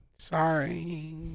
Sorry